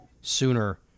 sooner